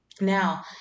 Now